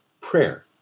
Prayer